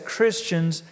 Christians